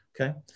Okay